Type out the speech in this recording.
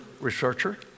researcher